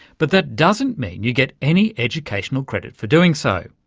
but that doesn't mean you get any educational credit for doing so.